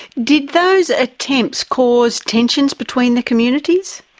did those attempts cause tensions between the communities?